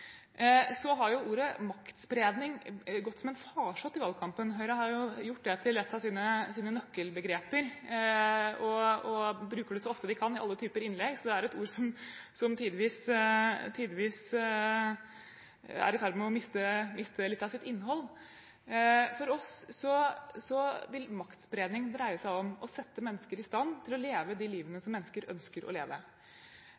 Så har jo ordet «maktspredning» gått som en farsott i valgkampen. Høyre har jo gjort det til et av sine nøkkelbegreper og bruker det så ofte de kan i alle typer innlegg, så det er et ord som tidvis er i ferd med å miste litt av sitt innhold. For oss vil maktspredning dreie seg om å sette mennesker i stand til å leve de livene